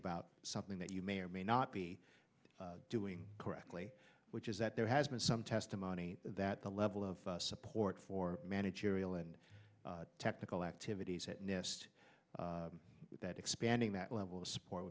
about something that you may or may not be doing correctly which is that there has been some testimony that the level of support for managerial and technical activities at nest that expanding that level of support